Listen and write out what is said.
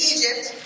Egypt